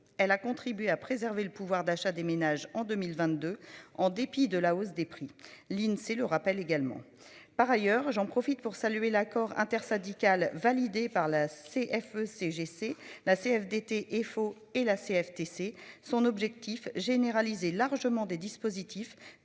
Elle a contribué à préserver le pouvoir d'achat des ménages en 2022 en dépit de la hausse des prix l'Insee le rappelle également par ailleurs j'en profite pour saluer l'accord intersyndical validé par la CFE-CGC, la CFDT, FO et la CFTC. Son objectif généralisée largement des dispositifs